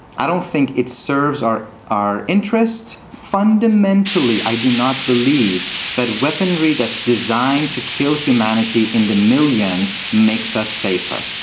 i don't think it serves our our interests. fundamentally, i do not believe that weaponry that's designed to kill humanity in the millions makes us safer.